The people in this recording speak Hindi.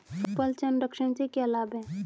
फल संरक्षण से क्या लाभ है?